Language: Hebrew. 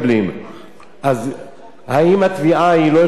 אז האם התביעה היא לא אותה תביעה?